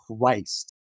christ